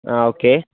ആ ഓക്കേ